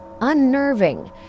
unnerving